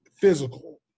physical